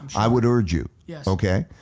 i would urge you, yeah okay,